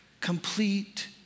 Complete